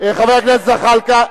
חבר הכנסת זחאלקה.